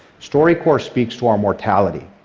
storycorps speaks to our mortality.